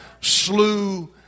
Slew